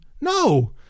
No